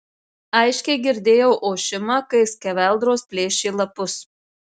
aiškiai girdėjau ošimą kai skeveldros plėšė lapus